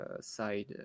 side